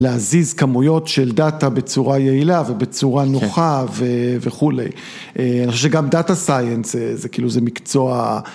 להזיז כמויות של דאטה בצורה יעילה ובצורה נוחה וכולי. אני חושב שגם Data Science זה כאילו, זה מקצוע...